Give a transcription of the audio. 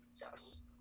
Yes